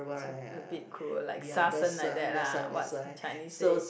so a bit cruel like 杀生 like that lah what the Chinese say